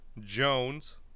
Jones